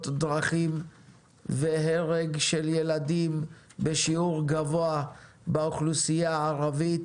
דרכים והרג של ילדים בשיעור גבוה באוכלוסייה הערבית.